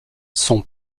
son